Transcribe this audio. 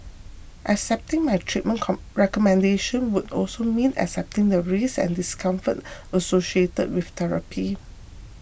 accepting my treatment recommendation would also mean accepting the risks and discomfort associated with therapy